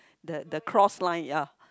the the cross line ya